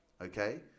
Okay